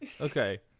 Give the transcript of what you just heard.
okay